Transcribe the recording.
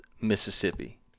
mississippi